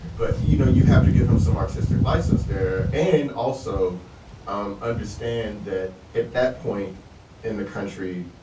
but, you know, you have to give him some artistic license there and also um understand that, at that point in the country,